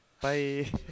bye